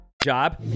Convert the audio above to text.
job